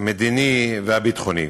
המדיני והביטחוני.